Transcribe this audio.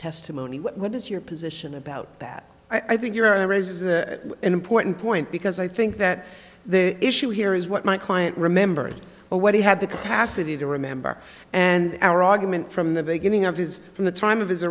testimony what is your position about that i think your honor raises an important point because i think that the issue here is what my client remembered what he had the capacity to remember and our argument from the beginning of his from the time of his